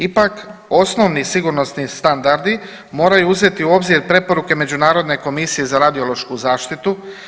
Ipak osnovni sigurnosni standardi moraju uzeti u obzir preporuke Međunarodne komisije za radiološku zaštitu.